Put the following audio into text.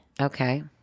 okay